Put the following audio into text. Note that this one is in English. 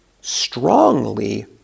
strongly